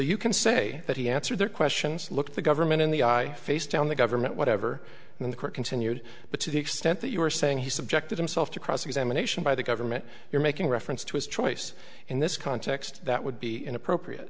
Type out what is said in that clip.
you can say that he answered their questions look the government in the face down the government whatever the court continued but to the extent that you are saying he subjected himself to cross examination by the government you're making reference to his choice in this context that would be inappropriate